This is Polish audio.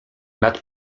nad